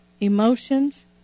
emotions